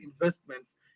investments